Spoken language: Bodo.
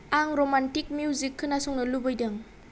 आं रमान्टिक मिउजिक खोनासंनो लुबैदों